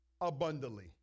abundantly